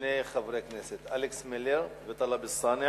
שני חברי כנסת, אלכס מילר וטלב אלסאנע.